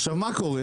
עכשיו, מה קורה?